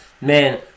Man